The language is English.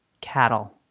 cattle